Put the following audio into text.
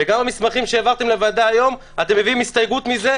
וגם במסמכים שהעברתם לוועדה היום אתם מביעים הסתייגות מזה.